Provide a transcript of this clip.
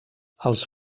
els